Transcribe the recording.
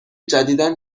جدیدا